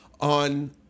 on